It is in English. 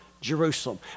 Jerusalem